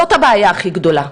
זאת הבעיה הכי גדולה,